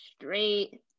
straight